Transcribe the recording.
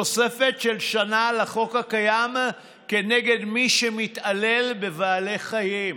תוספת של שנה לחוק הקיים כנגד מי שמתעלל בבעלי חיים.